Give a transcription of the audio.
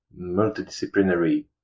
multidisciplinary